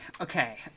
okay